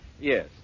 Yes